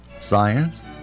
science